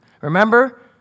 Remember